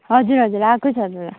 हजुर हजुर आएको छ त